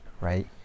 right